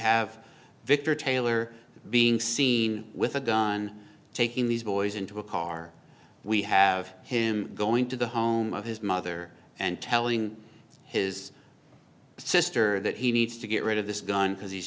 have victor taylor being seen with a gun taking these boys into a car we have him going to the home of his mother and telling his sister that he needs to get rid of this gun because he's